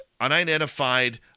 unidentified –